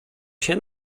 się